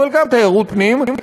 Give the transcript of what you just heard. אבל גם תיירות פנים,